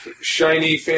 Shiny